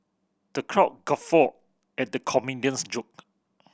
the crowd guffawed at the comedian's jokes